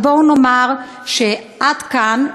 אבל בואו נאמר שעד כאן,